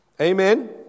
Amen